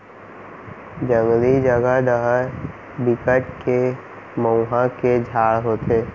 जंगली जघा डहर बिकट के मउहा के झाड़ होथे